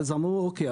אז אמרו: "אוקיי,